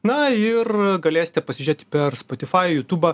na ir galėsite pasižiūrėti per spotifai jutubą